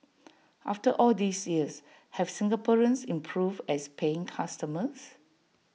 after all these years have Singaporeans improved as paying customers